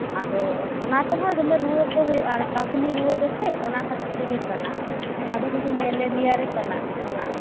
ᱟᱫᱚ ᱚᱱᱟ ᱛᱮᱦᱚᱸ ᱫᱚᱢᱮ ᱨᱩᱣᱟᱹ ᱠᱚ ᱦᱩᱭᱩᱜᱼᱟ ᱠᱟᱯᱩᱱᱤ ᱨᱩᱣᱟᱹ ᱫᱚᱥᱮ ᱚᱱᱟ ᱠᱚ ᱠᱷᱟᱹᱛᱤᱨ ᱛᱮᱜᱮ ᱠᱟᱱᱟ ᱚᱱᱟ ᱫᱚ ᱠᱤᱱᱛᱩ ᱢᱮᱞᱮᱨᱤᱭᱟ ᱨᱮ ᱠᱟᱱᱟ ᱚᱱᱟ